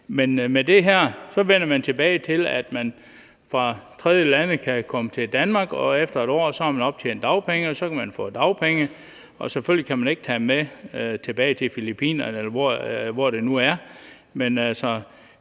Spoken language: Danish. Men med det her vender man tilbage til, at man fra tredjelande kan komme til Danmark, og efter 1 år har man optjent dagpengeret, og så kan man få dagpenge. Selvfølgelig kan man ikke tage dem med tilbage til Filippinerne, eller hvor det nu er,